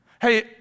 Hey